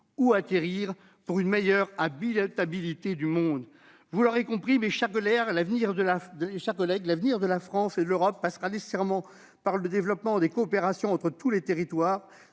garantir une meilleure habitabilité du monde. Vous l'aurez compris, mes chers collègues, l'avenir de la France et de l'Europe passera nécessairement par le développement des coopérations entre tous les territoires.